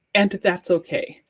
and that's okay.